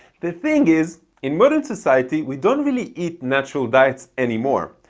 the thing is in modern society, we don't really eat natural diets anymore.